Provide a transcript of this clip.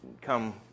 come